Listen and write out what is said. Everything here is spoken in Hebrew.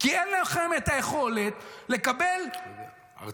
כי אין לכם את היכולת לקבל אחריות.